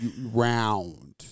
round